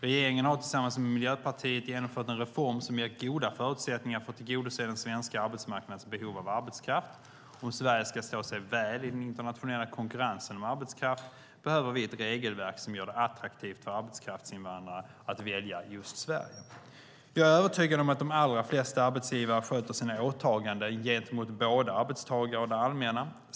Regeringen har tillsammans med Miljöpartiet genomfört en reform som ger goda förutsättningar för att tillgodose den svenska arbetsmarknadens behov av arbetskraft. Om Sverige ska stå sig väl i den internationella konkurrensen om arbetskraft behöver vi ett regelverk som gör det attraktivt för arbetskraftsinvandrare att välja just Sverige. Jag är övertygad om att de allra flesta arbetsgivare sköter sina åtaganden gentemot både arbetstagare och det allmänna.